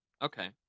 Okay